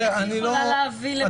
אני חייב להבהיר.